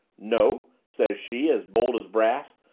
no, says she as bold as brass,